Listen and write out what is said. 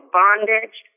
bondage